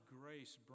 grace